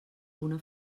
una